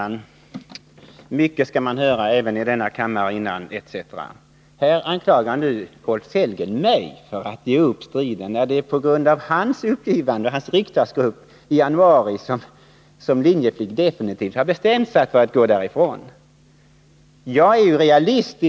Fru talman! Mycket skall man höra även i denna kammare innan öronen ramlar av. Här anklagar nu Rolf Sellgren mig för att ge upp striden. Men det är ju på grund av hans och hans partis uppgivande som Linjeflyg definitivt har bestämt sig för att lämna Bromma flygfält.